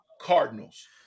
Cardinals